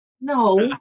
No